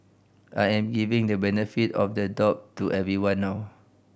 I am giving the benefit of the doubt to everyone now